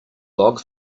log